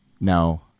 No